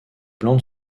blanc